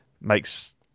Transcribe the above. makes